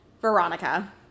Veronica